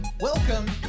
welcome